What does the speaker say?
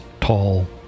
tall